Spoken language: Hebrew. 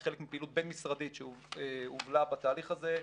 כחלק מפעילות בין משרדית שהובלה בתהליך הזה,